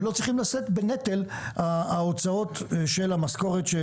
הם לא צריכים לשאת בנטל ההוצאות של המשכורת של